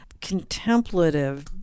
contemplative